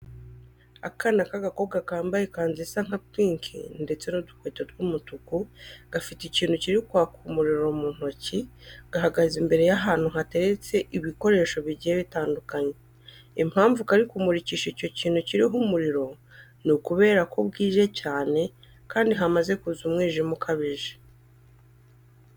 Akana k'agakobwa kambaye ikanzu isa nka pinki ndetse n'udukweto tw'umutuku gafite ikintu kiri kwaka umuriro mu ntoki, gahagaze imbere y'ahantu hateretse ibikoresho bigiye bitandukanye. Impamvu kari kumurikisha icyo kintu kiriho umuriro ni ukubera ko bwije cyane kandi hamaze kuza umwijima ukabije.